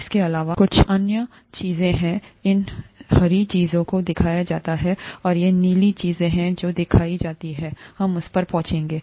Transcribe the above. इसके अलावा कुछ अन्य चीजें हैं इन हरी चीजों को दिखाया जाता है और ये नीली चीजें हैं जो दिखाई जाती हैं हम उस पर पहुंचेंगे